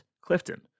Clifton